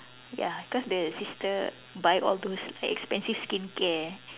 ya cause the sister buy all those expensive skincare